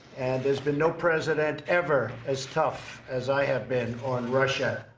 and there's been no president ever as tough as i have been on russia.